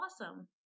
awesome